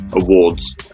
Awards